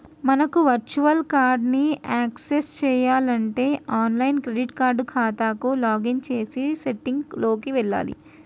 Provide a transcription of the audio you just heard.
మనకు virtual card ని access చేయాలంటే ఆన్లైన్ క్రెడిట్ కార్డ్ ఖాతాకు లాగిన్ చేసి సెట్టింగ్ లోకి వెళ్లాలి